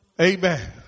Amen